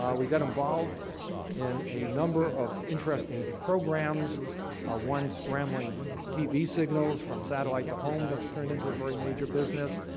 we got involved in a number of interesting programs ah one scrambling tv signals from satellite to home that's turned into a very major business,